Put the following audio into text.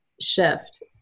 shift